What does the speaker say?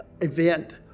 event